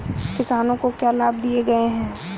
किसानों को क्या लाभ दिए गए हैं?